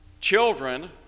children